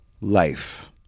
life